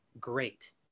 great